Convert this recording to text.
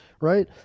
right